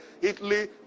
italy